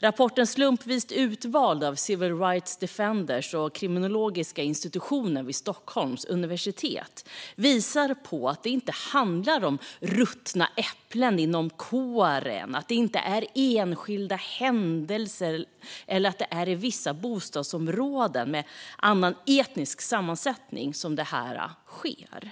Rapporten Slumpvis utvald av Civil Rights Defenders och kriminologiska institutionen vid Stockholms universitet visar på att det inte handlar om ruttna äpplen inom kåren, om enskilda händelser eller om att det är i vissa bostadsområden med annan etnisk sammansättning som detta sker.